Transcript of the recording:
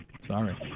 Sorry